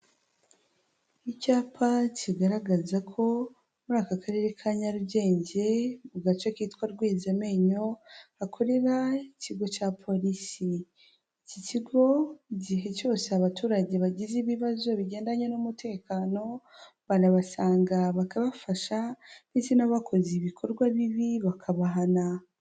Icyapa kigaragaza ko muri aka Karere ka Nyarugenge, mu gace kitwa Rwezamenyo hakorera ikigo cya polisi. Iki kigo igihe cyose abaturage bagize ibibazo bigendanye n'umutekano, barabasanga bakabafasha ndetse n'abakoze ibikorwa bibi bakabahana.